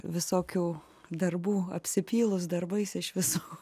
visokių darbų apsipylus darbais iš visų